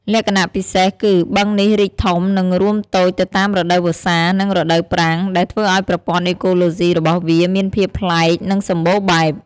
លក្ខណៈពិសេសគឺ បឹងនេះរីកធំ និងរួមតូចទៅតាមរដូវវស្សា និងរដូវប្រាំង ដែលធ្វើឲ្យប្រព័ន្ធអេកូឡូស៊ីរបស់វាមានភាពប្លែក និងសម្បូរបែប។